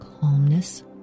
calmness